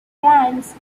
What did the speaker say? bands